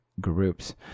groups